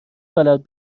بلد